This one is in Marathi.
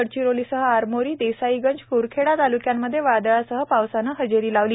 गडचिरोलीसह आरमोरी देसाईगंज क्रखेडा ताल्क्यांमध्ये वादळासह पावसाने हजेरी लावली